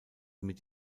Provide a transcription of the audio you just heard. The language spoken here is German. mit